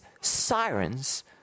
sirens